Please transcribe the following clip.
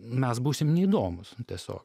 mes būsim neįdomūs nu tiesiog